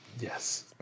Yes